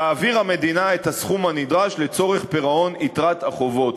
תעביר המדינה את הסכום הנדרש לצורך פירעון יתרת החובות.